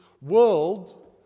world